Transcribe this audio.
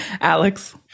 Alex